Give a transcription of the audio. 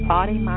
Body